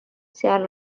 seal